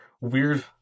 weird